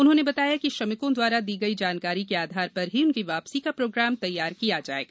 उन्होंने बताया कि श्रमिकों द्वारा दी गई जानकारी के आधार पर ही उनकी वापसी का प्रोग्राम तैयार किया जायेगा